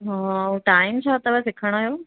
हा ऐं टाइम छा अथव सिखण जो